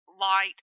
light